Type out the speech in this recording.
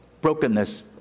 Brokenness